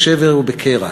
בשבר ובקרע.